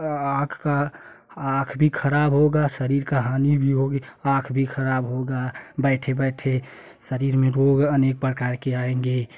उह्ह आख अक आख भी ख़राब होगा शहर का हनी भी होगी आख भी ख़राब होगा बैठे बैठे शाइर में रोग अनेक प्रकार के आयेंगे